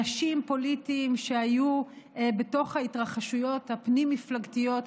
אנשים פוליטיים שהיו בתוך ההתרחשויות הפנים-מפלגתיות,